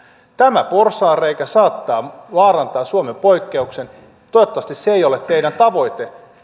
tämä porsaanreikä saattaa vaarantaa suomen poikkeuksen toivottavasti se ei ole teidän tavoitteenne